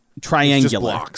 Triangular